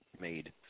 made